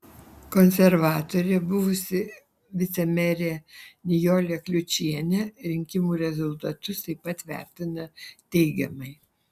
konservatorė buvusi vicemerė nijolė kliučienė rinkimų rezultatus taip pat vertina teigiamai